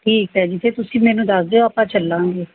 ਠੀਕ ਹੈ ਜੀ ਫਿਰ ਤੁਸੀਂ ਮੈਨੂੰ ਦੱਸ ਦਿਓ ਆਪਾਂ ਚੱਲਾਂਗੇ